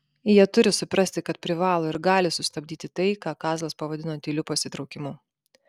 jie turi suprasti kad privalo ir gali sustabdyti tai ką kazlas pavadino tyliu pasitraukimu